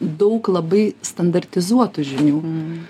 daug labai standartizuotų žinių